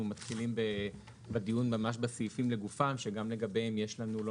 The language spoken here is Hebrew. מתחילים בדיון בסעיפים לגופם שגם לגביהם יש לנו לא